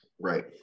right